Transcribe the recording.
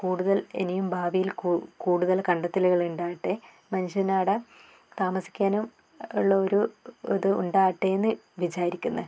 കൂടുതൽ ഇനിയും ഭാവിയിൽ കൂടുതൽ കണ്ടെത്തലുകൾ ഉണ്ടാവട്ടെ മനുഷ്യനവിടെ താമസിക്കാനും ഉള്ള ഒരു ഇത് ഉണ്ടാകട്ടെ എന്ന് വിചാരിക്കുന്നു